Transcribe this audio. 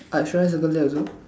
uh should I circle that also